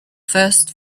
first